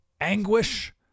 anguish